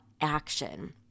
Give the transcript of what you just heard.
action